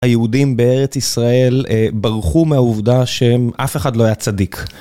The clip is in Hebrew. היהודים בארץ ישראל ברחו מהעובדה שהם אף אחד לא היה צדיק